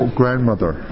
grandmother